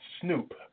SNOOP